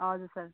हजुर सर